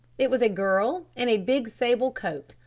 it was a girl in a big sable coat,